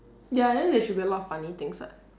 ya then there should be a lot of funny things [what]